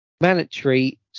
mandatory